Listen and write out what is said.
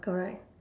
correct